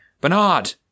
Bernard